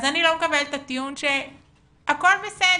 אז אני לא מקבלת את הטיעון ש'הכל בסדר,